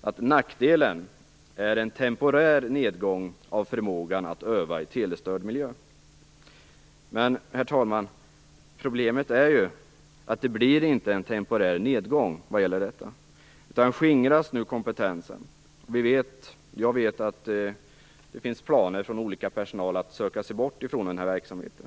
att nackdelen är en temporär nedgång av förmågan att öva i telestörd miljö. Men, herr talman, problemet är ju att det inte blir en temporär nedgång. Jag vet att olika personer där har planer på att söka sig bort från verksamheten.